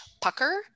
pucker